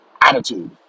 attitude